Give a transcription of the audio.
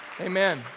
Amen